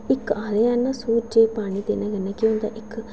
इक आखदे न सूरजै गी पानी देने कन्नै केह् होंदा इक